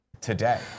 today